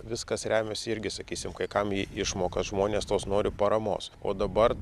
viskas remiasi irgi sakysim kai kam į išmokas žmonės tos nori paramos o dabar